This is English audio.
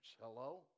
hello